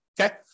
okay